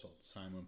Simon